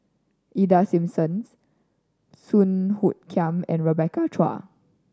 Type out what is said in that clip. Ida Simmons Song Hoot Kiam and Rebecca Chua